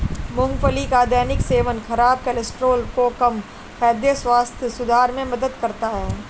मूंगफली का दैनिक सेवन खराब कोलेस्ट्रॉल को कम, हृदय स्वास्थ्य सुधार में मदद करता है